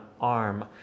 arm